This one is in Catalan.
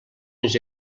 unes